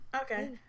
Okay